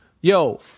Yo